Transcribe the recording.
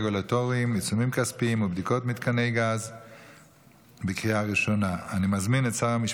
אושרה בקריאה ראשונה ותעבור לדיון בוועדת